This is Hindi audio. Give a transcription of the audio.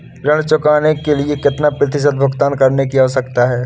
ऋण चुकाने के लिए कितना प्रतिशत भुगतान करने की आवश्यकता है?